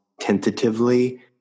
Tentatively